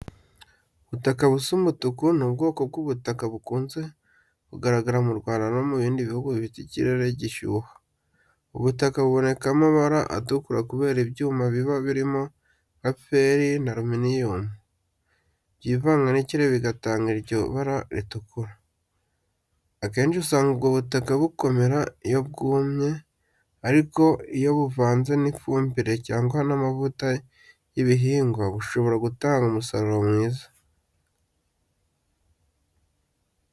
Ubutaka busa umutuku ni ubwoko bw’ubutaka bukunze kugaragara mu Rwanda no mu bindi bihugu bifite ikirere gishyuha. Ubu butaka bubonekamo amabara atukura kubera ibyuma biba birimo nka feri na aluminiyumu byivanga n’ikirere bigatanga iryo bara ritukura. Akenshi usanga ubwo butaka bukomera iyo bwumye, ariko iyo buvanzwe n’ifumbire cyangwa amavuta y’ibihingwa, bushobora gutanga umusaruro mwiza.